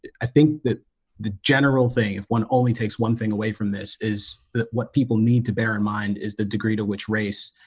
i think that the general thing if one only takes one thing away from this is that what people need to bear in mind is the degree to which race?